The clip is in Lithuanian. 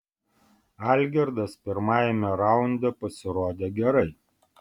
algirdas pirmajame raunde pasirodė gerai